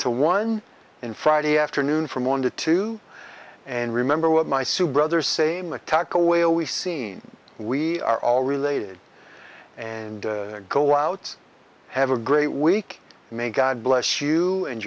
to one in friday afternoon from one to two and remember what my sue brother same attack a whale we seen we are all related and go outs have a great week may god bless you and